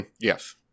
Yes